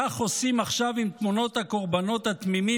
כך עושים עכשיו עם תמונות הקורבנות התמימים